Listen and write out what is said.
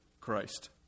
Christ